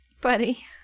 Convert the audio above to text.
Buddy